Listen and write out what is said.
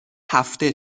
هفته